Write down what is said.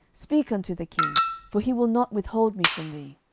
speak unto the king for he will not withhold me from thee.